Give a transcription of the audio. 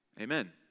Amen